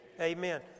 amen